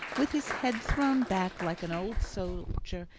with his head thrown back like an old soldier,